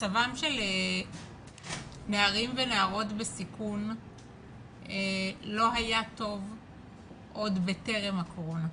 מצבם של נערים ונערות בסיכון לא היה טוב עוד בטרם הקורונה.